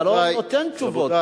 אתה לא נותן תשובות,